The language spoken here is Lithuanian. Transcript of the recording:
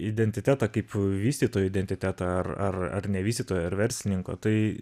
identitetą kaip vystytojo identitetą ar ar ar ne vystytojo ar verslininko tai